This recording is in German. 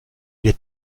wir